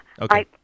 Okay